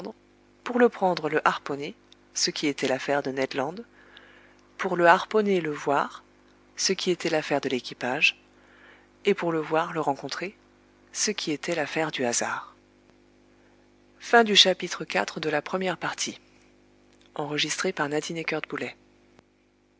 pour le prendre le harponner ce qui était l'affaire de ned land pour le harponner le voir ce qui était l'affaire de l'équipage et pour le voir le rencontrer ce qui était l'affaire du hasard